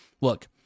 Look